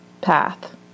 path